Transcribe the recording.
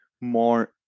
more